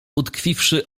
utkwiwszy